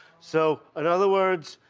so in other words,